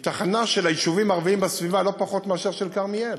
היא תחנה של היישובים הערביים בסביבה לא פחות מאשר של כרמיאל.